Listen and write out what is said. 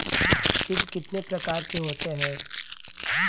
कीट कितने प्रकार के होते हैं?